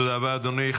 תודה רבה, אדוני.